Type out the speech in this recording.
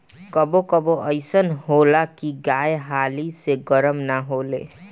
कबो कबो अइसन होला की गाय हाली से गरम ना होले